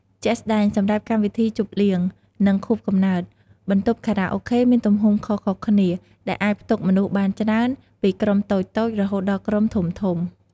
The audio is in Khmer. ជាក់ស្ដែង សម្រាប់កម្មវិធីជប់លៀង និងខួបកំណើត បន្ទប់ខារ៉ាអូខេមានទំហំខុសៗគ្នា ដែលអាចផ្ទុកមនុស្សបានច្រើន ពីក្រុមតូចៗរហូតដល់ក្រុមធំៗ។